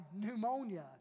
pneumonia